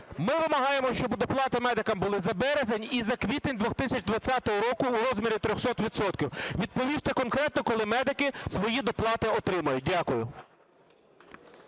Ми вимагаємо, щоб доплати медикам були за березень і за квітень 2020 року у розмірі 300 відсотків. Відповісте конкретно, коли медики свої доплати отримають? Дякую.